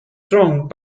strong